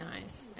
nice